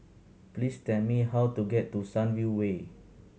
please tell me how to get to Sunview Way